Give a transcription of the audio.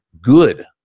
good